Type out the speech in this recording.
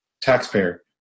taxpayer